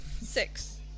Six